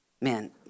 Man